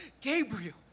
Gabriel